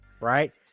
right